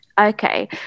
okay